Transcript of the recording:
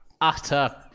Utter